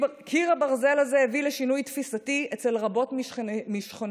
קיר הברזל הזה הביא לשינוי תפיסתי אצל רבות משכנותינו,